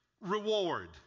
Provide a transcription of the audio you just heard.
reward